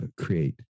create